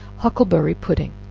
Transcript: huckleberry pudding.